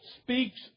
speaks